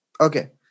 Okay